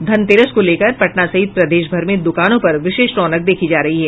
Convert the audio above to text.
धनतेरस को लेकर पटना सहित प्रदेशभर में दुकानों पर विशेष रौनक देखी जा रही है